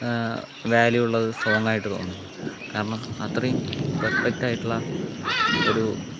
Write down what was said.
value ഉള്ളത് സോങ്ങായിട്ട് തോന്നും കാരണം അത്രയും പെർഫെക്ടായിട്ടുള്ള ഒരു